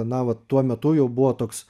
na vat tuo metu jau buvo toks